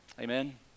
Amen